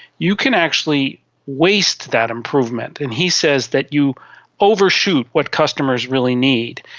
you can actually waste that improvement, and he says that you overshoot what customers really need.